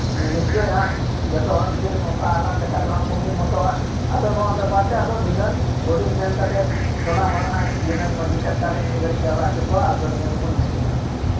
ᱱᱤᱥᱪᱚᱭ ᱦᱟᱸᱜ ᱡᱚᱛᱚᱦᱚᱲᱜᱤ ᱱᱚᱝᱠᱟ ᱟᱞᱟᱝ ᱞᱮᱠᱟ ᱫᱚ ᱱᱟᱦᱟᱜ ᱠᱩ ᱢᱤᱫ ᱢᱚᱛᱚᱜ ᱟ ᱟᱫᱚ ᱱᱚᱣᱟ ᱵᱮᱯᱟᱨᱛᱮ ᱟᱫᱚ ᱫᱷᱤᱱᱟᱹᱱ ᱜᱚᱰᱮᱛ ᱢᱮᱱ ᱠᱟᱛᱮᱫ ᱴᱚᱞᱟ ᱦᱚᱲ ᱦᱚᱸᱧ ᱫᱷᱤᱱᱟᱹᱱ ᱢᱟᱺᱡᱷᱤ ᱪᱷᱟᱴᱠᱟᱨᱮ ᱢᱤᱫ ᱜᱷᱟᱹᱲᱤᱧ ᱡᱟᱣᱨᱟ ᱩᱪᱷᱩ ᱠᱚᱣᱟ ᱟᱫᱚ ᱱᱤᱭᱟᱹ ᱠᱩᱵᱩᱱ ᱢᱤᱴᱤᱝᱼᱟ